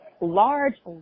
large